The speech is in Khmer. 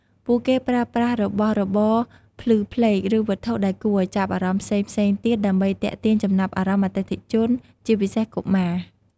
ពួកគេប្រើប្រាស់របស់របរភ្លឺផ្លេក ឬវត្ថុដែលគួរឱ្យចាប់អារម្មណ៍ផ្សេងៗទៀតដើម្បីទាក់ទាញចំណាប់អារម្មណ៍អតិថិជន ជាពិសេសកុមារ។